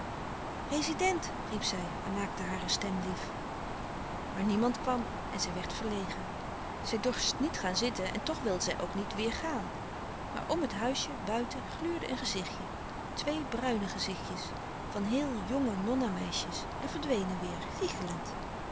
rezident riep zij en maakte hare stem lief maar niemand kwam en zij werd verlegen zij dorst niet gaan zitten en toch wilde zij ook niet weêr gaan maar om het huisje buiten gluurde een gezichtje twee bruine gezichtjes van heel jonge nonna meisjes en verdwenen weêr gichelend